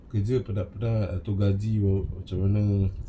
kerja penat-penat lepas tu gaji macam mana